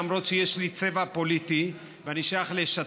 למרות שיש לי צבע פוליטי ואני שייך ליש עתיד,